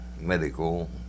medical